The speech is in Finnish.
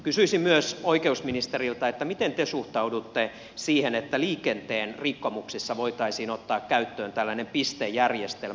kysyisin myös oikeusministeriltä miten te suhtaudutte siihen että liikenteen rikkomuksissa voitaisiin ottaa käyttöön tällainen pistejärjestelmä